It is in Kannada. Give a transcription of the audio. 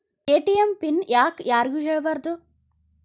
ಎ.ಟಿ.ಎಂ ಪಿನ್ ಯಾಕ್ ಯಾರಿಗೂ ಹೇಳಬಾರದು?